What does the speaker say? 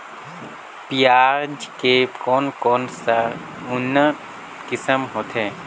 पियाज के कोन कोन सा उन्नत किसम होथे?